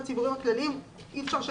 של